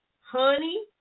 honey